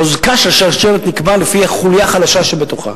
חוזקה של שרשרת נקבע לפי החוליה החלשה שבתוכה.